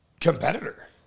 competitor